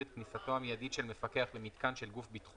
את כניסתו המיידית של מפקח למיתקן של גוף ביטחוני,